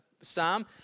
psalm